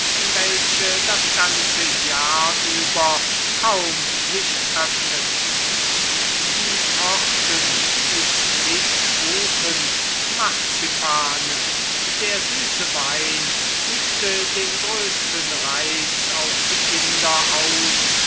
welche das ganze jahr über kaum sich öffneten die torten biskuitkuchen marzipane der süße wein übte den größten reiz auf die kinder aus